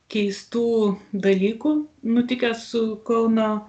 keistų dalykų nutikęs su kauno